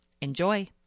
Enjoy